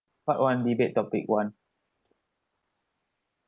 part one debate topic one